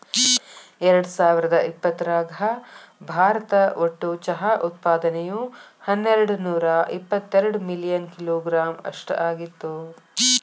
ಎರ್ಡಸಾವಿರದ ಇಪ್ಪತರಾಗ ಭಾರತ ಒಟ್ಟು ಚಹಾ ಉತ್ಪಾದನೆಯು ಹನ್ನೆರಡನೂರ ಇವತ್ತೆರಡ ಮಿಲಿಯನ್ ಕಿಲೋಗ್ರಾಂ ಅಷ್ಟ ಆಗಿತ್ತು